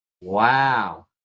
Wow